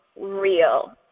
real